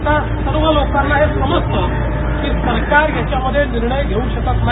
आता सर्व लोकांना हे समजतं की सरकार याच्यामध्ये निर्णय घेवू शकत नाही